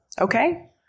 okay